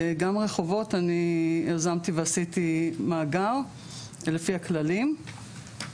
גם רחובות אני יזמתי ועשיתי מאגר לפי הכללים,